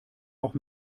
auch